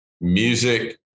music